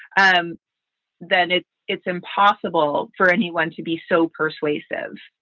and then it's it's impossible for anyone to be so persuasive.